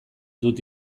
dut